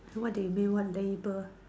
what do you mean what label